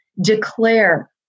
declare